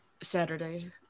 saturday